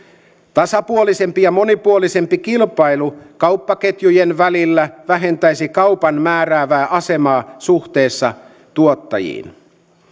tasapuolisempi ja monipuolisempi kilpailu kauppaketjujen välillä vähentäisi kaupan määräävää asemaa suhteessa tuottajiin